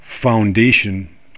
foundation